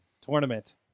tournament